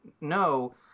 no